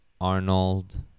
Arnold